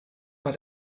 war